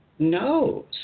No